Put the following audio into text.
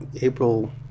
April